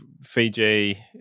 Fiji